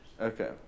Okay